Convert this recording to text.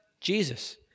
Jesus